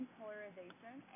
polarization